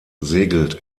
segelt